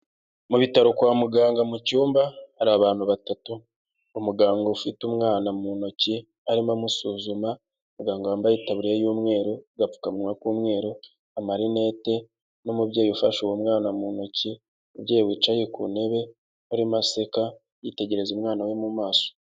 Mu bitaro kwa muganga mu cyumba hari abantu batatu. Umuganga ufite umwana mu ntoki arimo amusuzuma, muganga wambaye itabuye y’umweru, agapfukawa k’umweru, amarinette n’umubyeyi ufashe uwo mwana mu ntoki. Umubyeyi wicaye ku ntebe arimo aseka yitegereza umwana we mu maso.